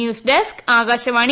news desk Akashvani